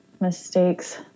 mistakes